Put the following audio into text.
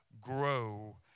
grow